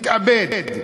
התאבד.